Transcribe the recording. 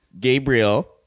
Gabriel